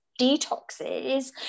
detoxes